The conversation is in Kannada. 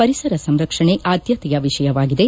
ಪರಿಸರ ಸಂರಕ್ಷಣೆ ಆದ್ಯತೆಯ ವಿಷಯವಾಗಿದೆ